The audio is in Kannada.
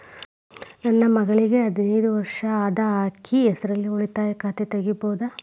ನನ್ನ ಮಗಳಿಗೆ ಹದಿನೈದು ವರ್ಷ ಅದ ಅಕ್ಕಿ ಹೆಸರಲ್ಲೇ ಉಳಿತಾಯ ಖಾತೆ ತೆಗೆಯಬಹುದಾ?